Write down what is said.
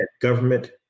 Government